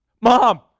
Mom